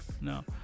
No